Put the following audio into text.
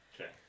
Okay